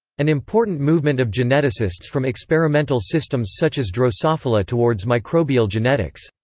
an important movement of geneticists from experimental systems such as drosophila towards microbial genetics.